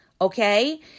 okay